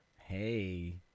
Hey